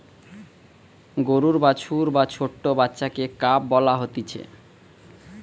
গরুর বাছুর বা ছোট্ট বাচ্চাকে কাফ বলা হতিছে